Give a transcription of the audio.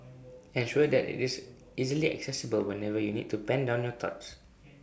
ensure that IT is easily accessible whenever you need to pen down your thoughts